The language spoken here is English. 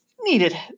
needed